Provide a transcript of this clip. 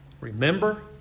Remember